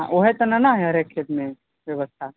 हँ वएह सॅं नहि ने है हरेक खेतमे व्यवस्था